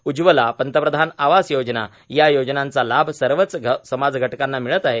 उज्वला पंतप्रधान आवास योजना या योजनांचा लाभ सर्वच समाजघटकांना मिळत आहे